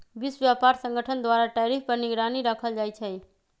विश्व व्यापार संगठन द्वारा टैरिफ पर निगरानी राखल जाइ छै